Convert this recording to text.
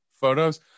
photos